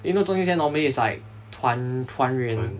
then you know 中秋节 normally is like 团团圆